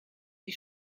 die